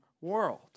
world